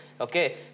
okay